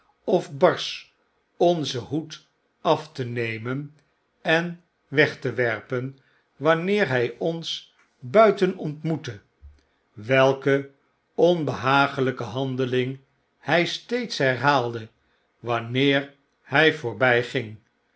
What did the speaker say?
of barsch onzen hoed af te nemen en weg te werpen wanneer hy ons buiten ontmoette welke onbehaaglyke handeling hy steeds herhaalde wanneer hy